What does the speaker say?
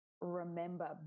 remember